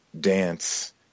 dance